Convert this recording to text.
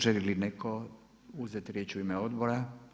Želi li neko uzeti riječ u ime odbora?